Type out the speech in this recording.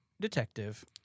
detective